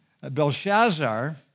Belshazzar